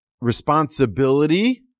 responsibility